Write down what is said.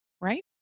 Right